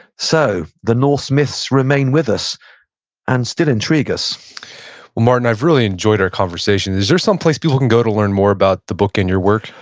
so, the norse's myths remain with us and still intrigue us martyn, i've really enjoyed our conversation. is there someplace people can go to learn more about the book and your work?